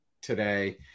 today